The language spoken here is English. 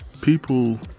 people